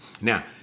Now